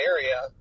area